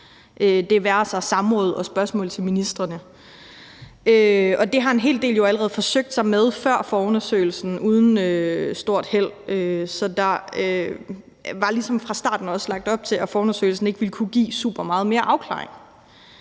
har, såsom samråd og spørgsmål til ministrene. Det har en hel del jo allerede forsøgt sig med før forundersøgelsen uden stort held, så der var ligesom fra starten også lagt op til, at forundersøgelsen ikke ville kunne give supermeget mere afklaring.